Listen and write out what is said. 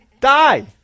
Die